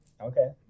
Okay